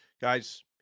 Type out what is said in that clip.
Guys